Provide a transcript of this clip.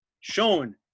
shown